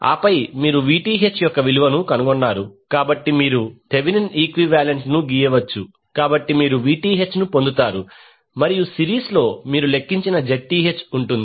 ఆపై మీరు Vth యొక్క విలువను కనుగొన్నారు కాబట్టి మీరు థెవినిన్ ఈక్వి వాలెంట్ ను గీయవచ్చు కాబట్టి మీరు Vth ను పొందుతారు మరియు సిరీస్లో మీరు లెక్కించిన Zth ఉంటుంది